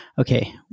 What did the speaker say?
okay